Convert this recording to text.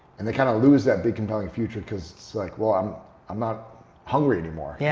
and they kind of lose that big compelling future because it's like, well, i'm i'm not hungry any more. yeah